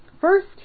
first